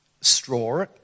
straw